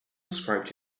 described